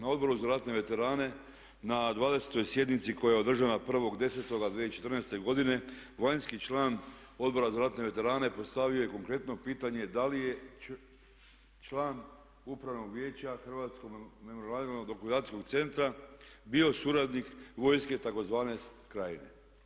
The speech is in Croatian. Na Odboru za ratne veterane na 20. sjednici koja je održana 1.10.2014. godine vanjski član Odbora za ratne veterane postavio je konkretno pitanje da li je član Upravnog vijeća Hrvatsko memorijalno dokumentacijskog centra bio suradnik vojske tzv. Krajine.